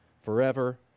forever